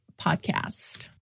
podcast